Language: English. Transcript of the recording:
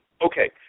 Okay